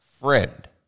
friend